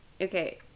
okay